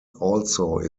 also